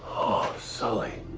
sully